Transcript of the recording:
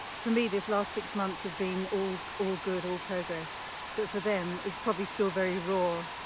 for me these last six months have been all all good, all progress but for them it's probably still very raw,